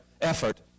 effort